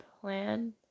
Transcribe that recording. plan